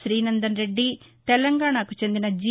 శ్రీనందన్ రెడ్డి తెలంగాణకు చెందిన జి